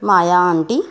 Maya aunty